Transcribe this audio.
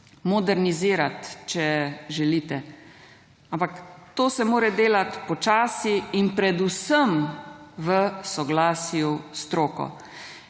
modernizirati, če želite, ampak to se mora delati počasi in predvsem v soglasju s stroko